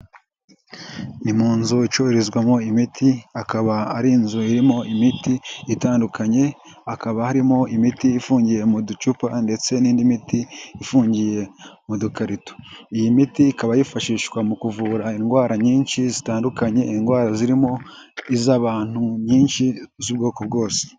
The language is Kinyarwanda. Ni mu nzu icururizwamo imiti, akaba ari inzu irimo imiti itandukanye, hakaba harimo imiti ifungiye mu ducupa ndetse n'indi miti ifungiye mu dukarito, iyi miti ikaba yifashishwa mu kuvura indwara nyinshi zitandukanye indwara zirimo iz'abantu nyinshi z'ubwoko bwose.